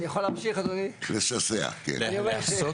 אבל אני חושב